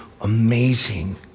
amazing